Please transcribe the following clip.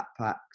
backpacks